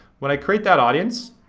when i create that audience,